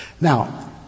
Now